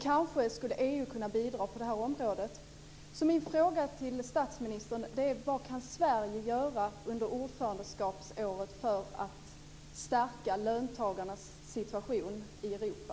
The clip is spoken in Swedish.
Kanske skulle EU kunna bidra på det området. Så min fråga till statsministern är: Vad kan Sverige göra under ordförandeskapsåret för att stärka löntagarnas situation i Europa?